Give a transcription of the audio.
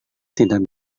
tidak